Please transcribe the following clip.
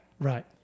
Right